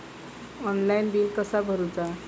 Online bill कसा करुचा?